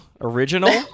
original